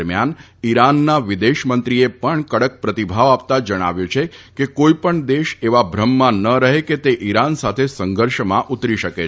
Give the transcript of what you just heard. દરમિથાન ઈરાનના વિદેશમંત્રીએ પણ કડક પ્રતિભાવ આપતા જણાવ્યું છે કે કોઈપણ દેશ એવા ભ્રમમાં ન રફે કે તે ઈરાન સાથે સંઘર્ષમાં ઉતરી શકે છે